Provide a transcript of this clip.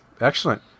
excellent